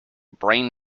brain